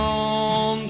on